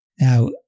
Now